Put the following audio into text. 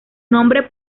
nombre